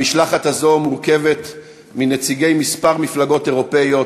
המשלחת הזאת מורכבת מנציגי כמה מפלגות אירופיות,